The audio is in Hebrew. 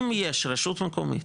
אם יש רשות מקומית